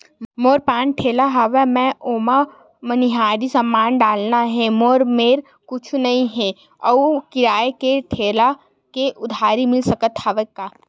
मोर पान ठेला हवय मैं ओमा मनिहारी समान डालना हे मोर मेर कुछ नई हे आऊ किराए के ठेला हे उधारी मिल जहीं का?